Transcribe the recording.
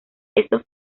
estos